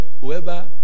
whoever